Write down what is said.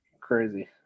crazy